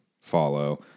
follow